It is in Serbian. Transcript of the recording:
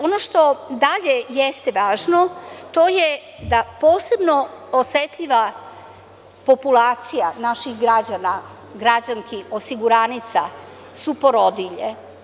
Ono što dalje jeste važno, to je da posebno osetljiva populacija naših građana, građanki, osiguranica su porodilje.